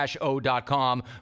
O.com